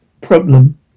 problem